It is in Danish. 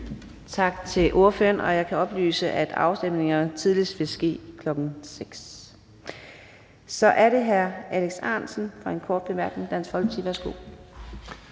Tak til ordføreren, og jeg kan oplyse, at afstemningerne tidligst vil ske kl. 18.00. Så er det hr. Alex Ahrendtsen, Dansk Folkeparti, for